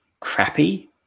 crappy